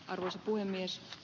arvoisa puhemies